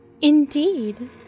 Indeed